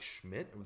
Schmidt